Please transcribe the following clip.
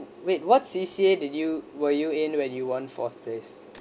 wait what C_C_A did you were you in when you went fourth grade